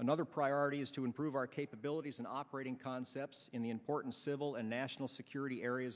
another priority is to improve our capabilities and operating concepts in the important civil and national security areas